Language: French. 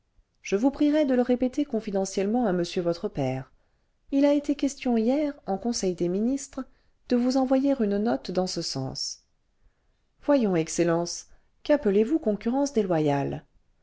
je vous prierais de le répéter confidentiellement à monsieur votre père il a été question hier en conseil des ministres de vous envoyer une note dans ce sens voyons excellence qu'appelez-vous concurrence déloyale